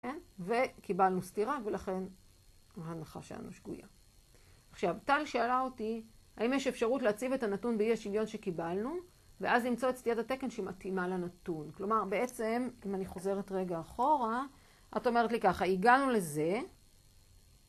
וקיבלנו סתירה, ולכן ההנחה שלנו שגויה. עכשיו, טל שאלה אותי, האם יש אפשרות להציב את הנתון באי השויון שקיבלנו, ואז למצוא את סטיית התקן שמתאימה לנתון. כלומר, בעצם, אם אני חוזרת רגע אחורה, את אומרת לי ככה, הגענו לזה,